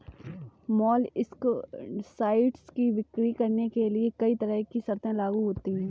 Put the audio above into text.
molluscicides की बिक्री करने के लिए कहीं तरह की शर्तें लागू होती है